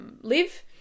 live